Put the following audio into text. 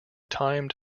timed